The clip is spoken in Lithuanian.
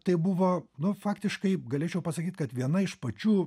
tai buvo nu faktiškai galėčiau pasakyt kad viena iš pačių